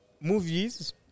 movies